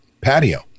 patio